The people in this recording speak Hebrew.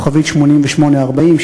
8840*,